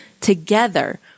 Together